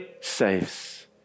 saves